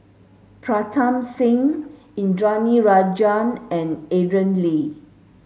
Pritam Singh Indranee Rajah and Aaron Lee